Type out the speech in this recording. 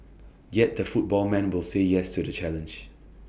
yet the football man will say yes to the challenge